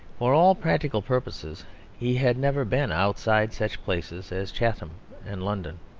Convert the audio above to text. for all practical purposes he had never been outside such places as chatham and london.